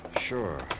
Sure